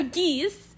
geese